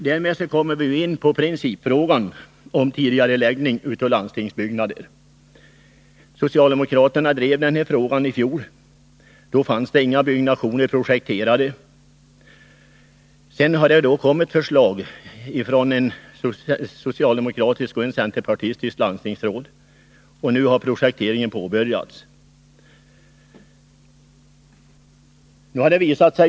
Därmed kommer vi in på principfrågan om tidigareläggning av landstingsbyggnader. Socialdemokraterna drev den frågan i fjol. Då fanns inga byggnationer projekterade. Sedan har det kommit förslag från ett socialdemokratiskt och ett centerpartistiskt landstingsråd, och nu har projekteringen påbörjats.